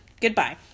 goodbye